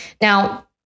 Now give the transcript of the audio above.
now